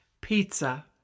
pizza